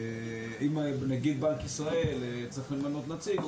אם נגיד בנק ישראל צריך למנות נציג אחד,